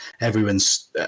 Everyone's